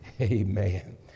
Amen